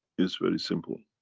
is very simple.